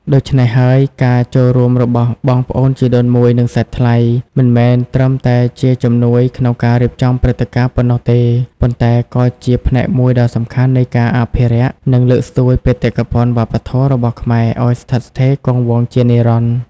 ដូច្នេះហើយ ការចូលរួមរបស់បងប្អូនជីដូនមួយ និងសាច់ថ្លៃ មិនមែនត្រឹមតែជាជំនួយក្នុងការរៀបចំព្រឹត្តិការណ៍ប៉ុណ្ណោះទេ ប៉ុន្តែក៏ជា ផ្នែកមួយដ៏សំខាន់នៃការអភិរក្ស និងលើកស្ទួយបេតិកភណ្ឌវប្បធម៌ របស់ខ្មែរឱ្យស្ថិតស្ថេរគង់វង្សជានិរន្តរ៍។